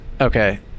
Okay